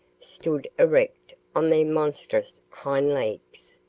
stood erect on their monstrous hind-legs,